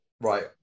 right